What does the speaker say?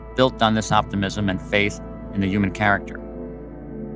built on this optimism and faith in the human character